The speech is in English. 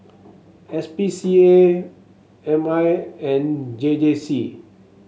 S P C A M I and J J C